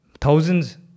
thousands